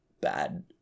bad